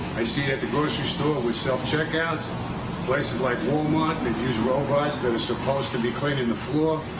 i see it at the grocery store with self-checkouts places like walmart that use robots that is supposed to be cleaning the floor.